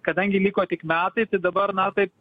kadangi liko tik metai tai dabar na taip